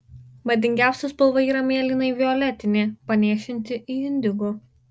madingiausia spalva yra mėlynai violetinė panėšinti į indigo